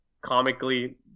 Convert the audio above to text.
comically